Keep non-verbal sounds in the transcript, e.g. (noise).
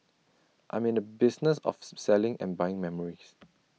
I'm in the business of (unintelligible) selling and buying memories